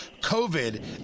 COVID